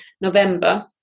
November